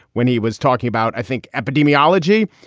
when he was talking about, i think, epidemiology.